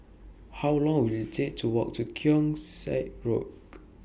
How Long Will IT Take to Walk to Keong Saik Road